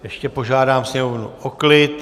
Ještě požádám sněmovnu o klid.